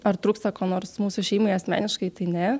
ar trūksta ko nors mūsų šeimai asmeniškai tai ne